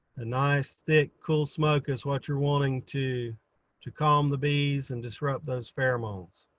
a nice thick cool smoke is what you're wanting to to calm the bees and disrupt those pheromones.